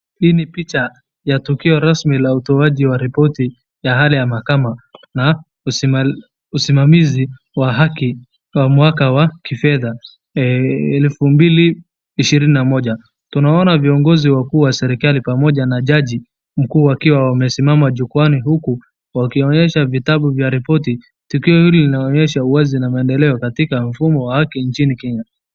Ni picha la tukio rasmi la utoaji wa ripoti ya hali ya mahakama na usimamizi wa haki wa mwaka wa kifedha 2021.Tuna ona viongozi wakuu wa serikali pamoja na jaji huku wakiwa wamesimama jukuani huku wakionesha vitabu vya ripoti. Tukioi hili linaonyesha wazi na maendeleo katika mfumo wake inchini Kenya.